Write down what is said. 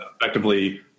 effectively